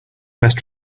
best